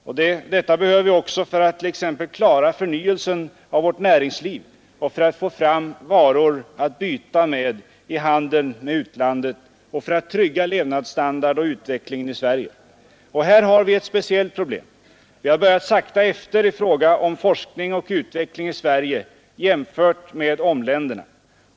Och detta behöver vi också för att t.ex. klara förnyelsen av vårt näringsliv och för att få fram varor att byta med i handeln med utlandet och för att trygga levnadsstandard och utvecklingen i Sverige. Och här har vi ett speciellt problem. Vi har börjat sacka efter i fråga om forskning och utveckling i Sverige jämfört med omländerna.